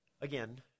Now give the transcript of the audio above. again